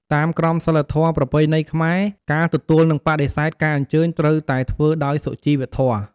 តាមក្រមសីលធម៌ប្រពៃណីខ្មែរ ការទទួលនិងបដិសេធការអញ្ជើញត្រូវតែធ្វើដោយសុជីវធម៌។